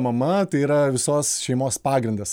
mama tai yra visos šeimos pagrindas